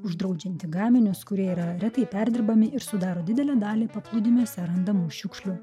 uždraudžianti gaminius kurie yra retai perdirbami ir sudaro didelę dalį paplūdimiuose randamų šiukšlių